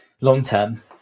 long-term